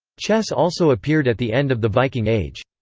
chess also appeared at the end of the viking age.